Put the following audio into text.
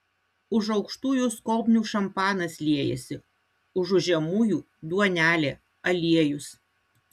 už aukštųjų skobnių šampanas liejasi užu žemųjų duonelė aliejus